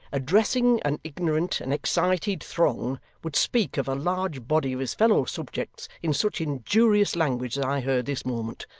addressing an ignorant and excited throng, would speak of a large body of his fellow-subjects in such injurious language as i heard this moment.